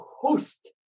host